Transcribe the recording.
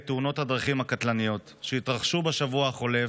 תאונות הדרכים הקטלניות שהתרחשו בשבוע החולף.